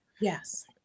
Yes